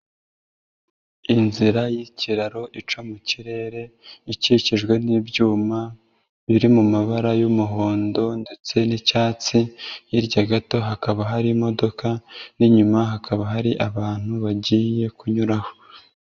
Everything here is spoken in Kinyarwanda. Inzira y'ikiraro ica mu kirere ikikijwe n'ibyuma biri mu mabara y'umuhondo ndetse n'icyatsi, hirya gato hakaba harimo imodoka n'inyuma hakaba hari abantu bagiye kunyuraho.